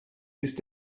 ist